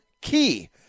key